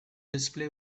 display